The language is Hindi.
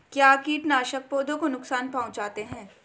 क्या कीटनाशक पौधों को नुकसान पहुँचाते हैं?